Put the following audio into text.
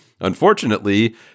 unfortunately